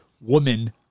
woman